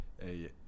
Hey